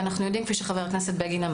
אנו יודעים כפי שאמר חבר הכנסת בגין,